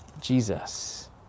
Jesus